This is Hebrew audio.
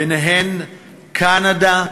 בהן קנדה,